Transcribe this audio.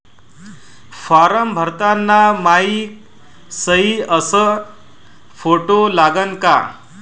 Form भरताना मायी सयी अस फोटो लागन का?